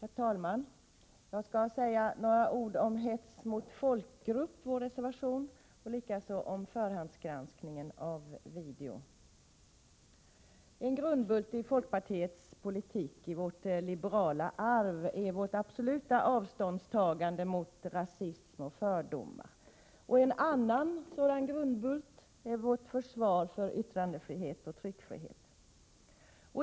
Herr talman! Jag skall säga några ord om hets mot folkgrupp — som behandlas i vår reservation nr 7 — och om förhandsgranskningen av video. En grundbult i folkpartiets politik — och i vårt liberala arv — är vårt absoluta avståndstagande från rasism och fördomar. En annan grundbult är vårt försvar för yttrandefrihet och tryckfrihet.